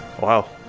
Wow